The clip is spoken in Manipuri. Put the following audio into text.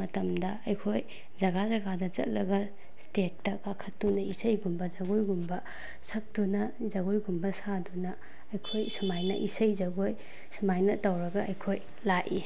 ꯃꯇꯝꯗ ꯑꯩꯈꯣꯏ ꯖꯒꯥ ꯖꯒꯥꯗ ꯆꯠꯂꯒ ꯏꯁꯇꯦꯠꯇ ꯀꯥꯈꯠꯇꯨꯅ ꯏꯁꯩꯒꯨꯝꯕ ꯖꯒꯣꯏꯒꯨꯝꯕ ꯁꯛꯇꯨꯅ ꯖꯒꯣꯏꯒꯨꯝꯕ ꯁꯥꯗꯨꯅ ꯑꯩꯈꯣꯏ ꯁꯨꯃꯥꯏꯅ ꯏꯁꯩ ꯖꯒꯣꯏ ꯁꯨꯃꯥꯏꯅ ꯇꯧꯔꯒ ꯑꯩꯈꯣꯏ ꯂꯥꯛꯏ